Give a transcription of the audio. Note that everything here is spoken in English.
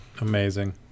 Amazing